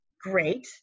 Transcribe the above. great